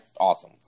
awesome